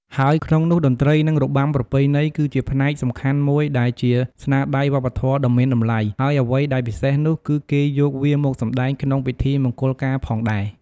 ហើយក្នុងនោះតន្រ្តីនិងរបាំប្រពៃណីគឺជាផ្នែកសំខាន់មួយដែលជាស្នាដៃវប្បធម៌ដ៏មានតម្លៃ ហើយអ្វីដែលពិសេសនោះ គេយកវាមកសម្តែងក្នុងពិធីមង្គលការផងដែរ។